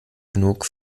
genug